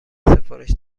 سفارش